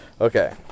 Okay